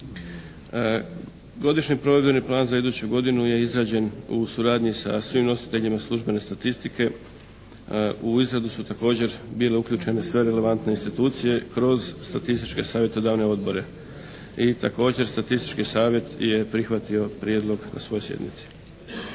Godišnji provedbeni plan za iduću godinu je izrađen u suradnji sa svim nositeljima službene statistike. U izradu su također bile uključene sve relevantne institucije kroz statističke savjetodavne odbore. I također Statistički savjet je prihvatio prijedlog na svojoj sjednici.